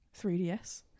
3DS